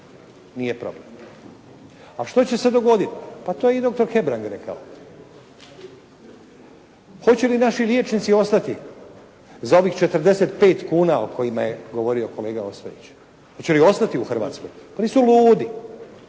Nije problem. A što će se dogoditi? Pa to je dr. Hebrang rekao. Hoće li naši liječnici ostati za ovih 45 kuna o kojima je govorio kolega Ostojić? Hoće li ostati u Hrvatskoj? Pa nisu ludi.